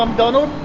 um donald.